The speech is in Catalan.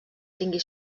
tingui